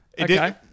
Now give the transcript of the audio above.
Okay